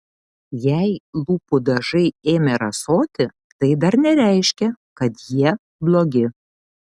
jei lūpų dažai ėmė rasoti tai dar nereiškia kad jie blogi